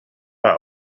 war